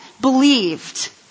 believed